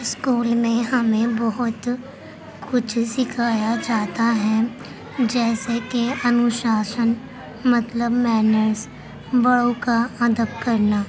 school میں ہمیں بہت کچھ سکھایا جاتا ہے جیسے کہ انوشاشن مطلب مینرس بڑوں کا ادب کرنا